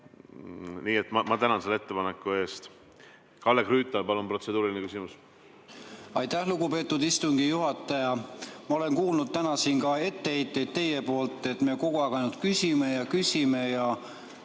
Nii et ma tänan selle ettepaneku eest. Kalle Grünthal, palun protseduuriline küsimus! Aitäh, lugupeetud istungi juhataja! Ma olen kuulnud täna siin teie suust etteheiteid, et me kogu aeg ainult küsime ja küsime, aga